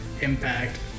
impact